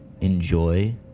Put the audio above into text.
enjoy